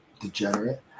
degenerate